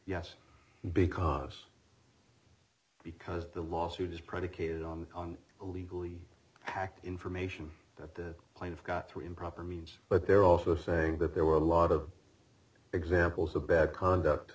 yes because because the lawsuit is predicated on legally fact information that the plaintiff got through improper means but they're also saying that there were a lot of examples of bad conduct